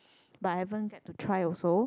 but I haven't get to try also